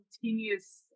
continuous